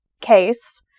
case